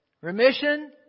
remission